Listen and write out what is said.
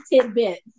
tidbits